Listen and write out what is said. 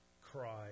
cry